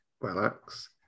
relax